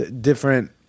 different